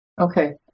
Okay